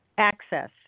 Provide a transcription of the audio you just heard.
access